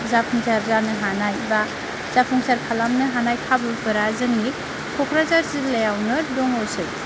जाफुंसार जानो हानाय बा जाफुंसार खालामनो हानाय खाबुफोरा जोंनि कक्राझार जिल्लायावनो दंसै